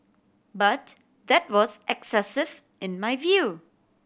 but that was excessive in my view